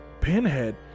Pinhead